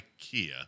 Ikea